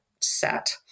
set